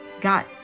got